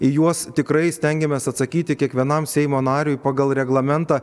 į juos tikrai stengiamės atsakyti kiekvienam seimo nariui pagal reglamentą